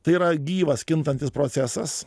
tai yra gyvas kintantis procesas